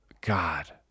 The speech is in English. God